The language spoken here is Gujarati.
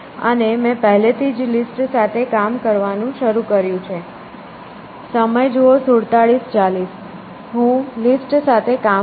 અને મેં પહેલેથી જ લિસ્ટ સાથે કામ કરવાનું શરૂ કર્યું છે હું લિસ્ટ સાથે કામ કરીશ